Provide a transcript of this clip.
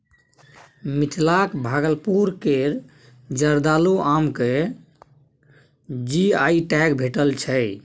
मिथिलाक भागलपुर केर जर्दालु आम केँ जी.आई टैग भेटल छै